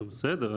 בסדר,